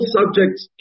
subjects